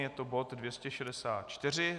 Je to bod 264.